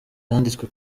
yanditswe